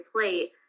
plate